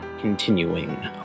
continuing